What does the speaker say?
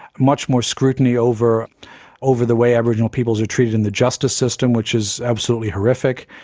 much more scrutiny over over the way aboriginal peoples are treated in the justice system, which is absolutely horrific.